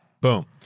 Boom